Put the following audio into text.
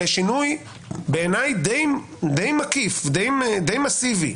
לשינוי די מקיף ומסיבי,